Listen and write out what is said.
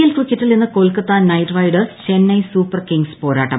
L ക്രിക്കറ്റിൽ ഇന്ന് Kolkata Knight Riders Chennai Super Kings പോരാട്ടം